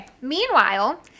Meanwhile